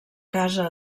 casa